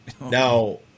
Now